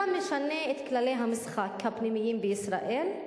אתה משנה את כללי המשחק הפנימיים בישראל,